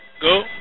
go